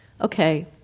okay